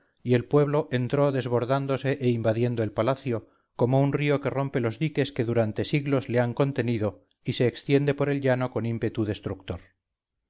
y el pueblo entró desbordándose e invadiendo el palacio como un río que rompe los diques que durantesiglos le han contenido y se extiende por el llano con ímpetu destructor